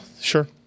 sure